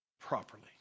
properly